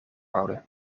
houden